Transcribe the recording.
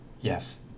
Yes